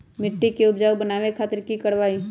मिट्टी के उपजाऊ बनावे खातिर की करवाई?